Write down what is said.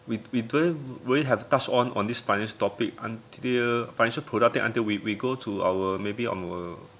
we we don't really have touch on on this finance topic until financial product thing until we we go to our maybe our